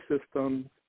systems